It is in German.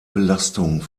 belastung